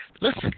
Listen